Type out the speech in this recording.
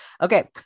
okay